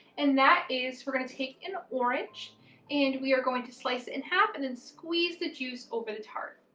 and that is we're going to take an orange and we are going to slice it in half and then and squeeze the juice over the tart.